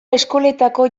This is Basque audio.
eskoletako